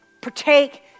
partake